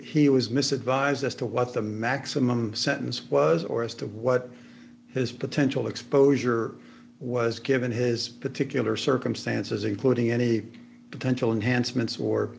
he was misled by as to what the maximum sentence was or as to what his potential exposure was given his particular circumstances including any potential enhancements